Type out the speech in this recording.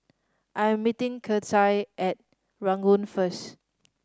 I'm meeting Kecia at Ranggung first